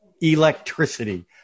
electricity